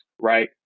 right